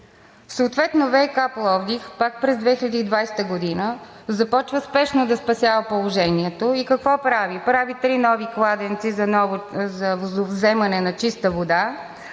Съответно ВиК – Пловдив, пак през 2020 г. започва спешно да спасява положението, и какво прави? Прави три нови кладенци за водовземане на чиста вода,